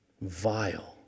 Vile